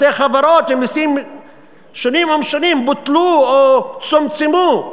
מסי חברות ומסים שונים ומשונים בוטלו או צומצמו.